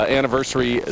anniversary